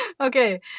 okay